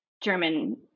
German